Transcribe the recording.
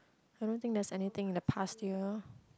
I don't think there is anything in the past year